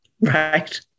Right